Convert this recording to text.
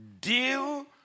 deal